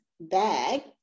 bag